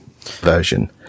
version